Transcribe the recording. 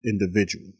individual